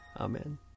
Amen